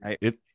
it